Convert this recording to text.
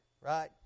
right